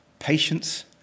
Patience